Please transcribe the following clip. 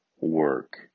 work